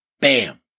Bam